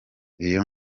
iyo